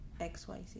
XYZ